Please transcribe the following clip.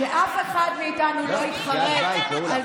שיוציא ארנק ויתחיל לממן את המשפט של עצמו.